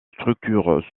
structure